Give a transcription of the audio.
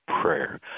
prayer